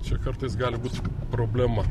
čia kartais gali būt problema